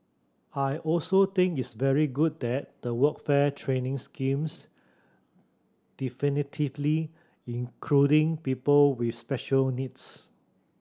I also think it's very good that the workfare training schemes definitively including people with special needs